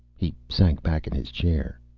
he sank back in his chair.